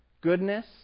goodness